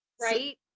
right